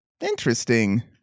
Interesting